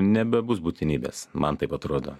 nebebus būtinybės man taip atrodo